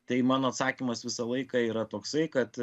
tai mano atsakymas visą laiką yra toksai kad